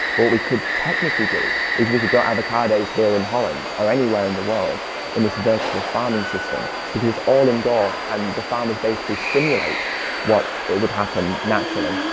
what we could technically do, is we could grow avocados here in holland or anywhere in the world in this vertical farming system because it's all indoor and the farmers basically simulate what it would happen naturally.